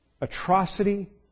Atrocity